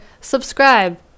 subscribe